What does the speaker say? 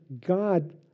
God